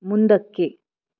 ಮುಂದಕ್ಕೆ